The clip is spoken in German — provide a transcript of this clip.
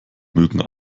mögen